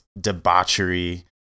debauchery